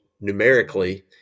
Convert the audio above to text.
numerically